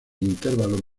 intervalo